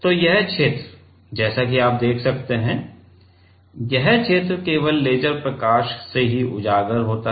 तो यह क्षेत्र जैसा कि आप देख सकते हैं यह क्षेत्र केवल लेज़र प्रकाश से ही उजागर होता है